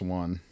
one